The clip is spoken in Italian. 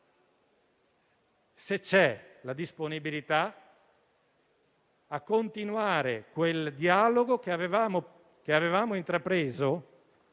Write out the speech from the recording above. se c'è la disponibilità a continuare quel dialogo che avevamo intrapreso